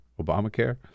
Obamacare